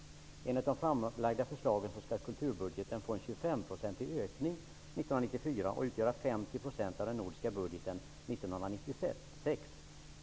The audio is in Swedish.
Enligt de framlagda förslagen skall kulturbudgeten få en 25-procentig ökning 1994 och utgöra 50 % av den nordiska budgeten 1996.